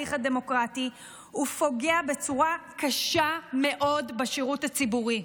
ההליך הדמוקרטי ופוגע בצורה קשה מאוד בשירות הציבורי.